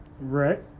Right